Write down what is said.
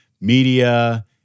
media